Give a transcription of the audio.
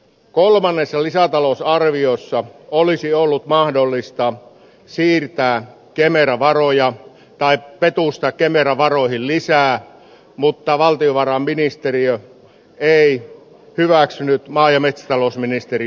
kolmannessa lisätalousarviossa olisi ollut mahdollista siirtää kemera varoja tai petusta kemera varoihin lisää mutta valtiovarainministeriö ei hyväksynyt maa ja metsätalousministeriön ehdotusta